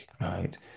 right